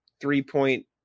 three-point –